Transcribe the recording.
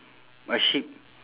a sheep